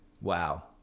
Wow